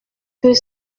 que